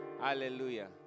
Hallelujah